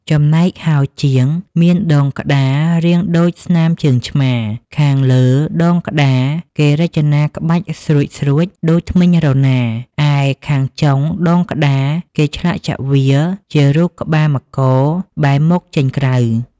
ចំណែកហោជាង មានដងក្តាររាងដូចស្នាមជើងឆ្មា ខាងលើដងក្តារគេរចនាក្បាច់ស្រួចៗដូចធ្មេញរណារ ឯខាងចុងដងក្តារគេឆ្លាក់ជហ្វាជារូបក្បាលមករបែរមុខចេញក្រៅ ។